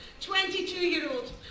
22-year-old